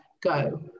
go